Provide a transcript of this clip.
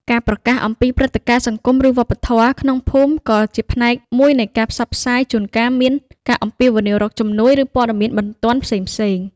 ការប្រកាសអំពី ព្រឹត្តិការណ៍សង្គម ឬវប្បធម៌ ក្នុងភូមិក៏ជាផ្នែកមួយនៃការផ្សព្វផ្សាយ ជួនកាលមាន ការអំពាវនាវរកជំនួយ ឬ ព័ត៌មានបន្ទាន់ផ្សេងៗ។